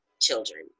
children